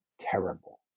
terrible